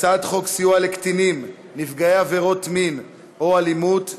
הצעת חוק סיוע לקטינים נפגעי עבירות מין או אלימות (תיקון,